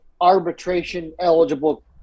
arbitration-eligible